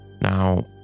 Now